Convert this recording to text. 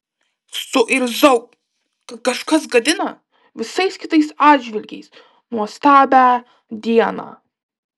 suirzau kad kažkas gadina visais kitais atžvilgiais nuostabią dieną